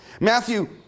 Matthew